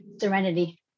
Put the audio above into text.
Serenity